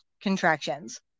contractions